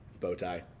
Bowtie